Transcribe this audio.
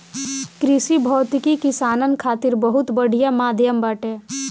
कृषि भौतिकी किसानन खातिर बहुत बढ़िया माध्यम बाटे